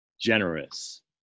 generous